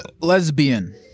Lesbian